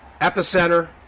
epicenter